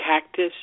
cactus